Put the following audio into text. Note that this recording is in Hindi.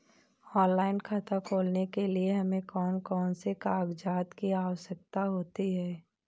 ऑनलाइन खाता खोलने के लिए हमें कौन कौन से कागजात की आवश्यकता होती है?